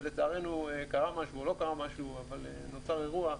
ולצערנו קרה משהו או לא קרה משהו אבל נוצר אירוע,